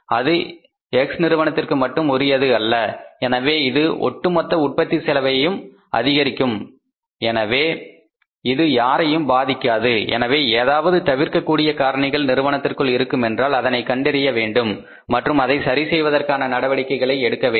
அது எக்ஸ் நிறுவனத்திற்கு மட்டும் உரியது அல்ல எனவே இது ஒட்டு மொத்த உற்பத்தி செலவையும் அதிக அதிகரிக்கும் எனவே இது யாரையும் பாதிக்காது எனவே ஏதாவது தவிர்க்கக் கூடிய காரணிகள் நிறுவனத்துக்குள் இருக்குமென்றால் அதனை கண்டறிய வேண்டும் மற்றும் அதை சரி செய்வதற்கான நடவடிக்கைகளை எடுக்க வேண்டும்